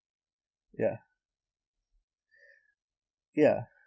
ya ya